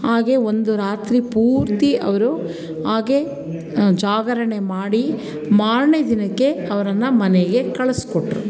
ಹಾಗೇ ಒಂದು ರಾತ್ರಿ ಪೂರ್ತಿ ಅವರು ಹಾಗೇ ಜಾಗರಣೆ ಮಾಡಿ ಮಾರನೇ ದಿನಕ್ಕೆ ಅವರನ್ನ ಮನೆಗೆ ಕಳಿಸಿಕೊಟ್ರು